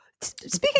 Speaking